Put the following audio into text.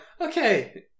okay